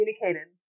communicated